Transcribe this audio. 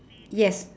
yes